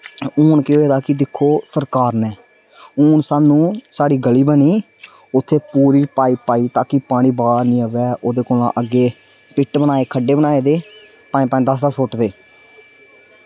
हून केह् होएदा कि दिक्खो सरकार नै हून सानूं साढ़ी गली बनी दी उत्थै पूरी पाईप पाई तां कि पानी बाह्र निं आवै ओह्दे कोला अग्गें खड्डे बनाए दे पंज पंज दस्स दस्स फुट्ट दे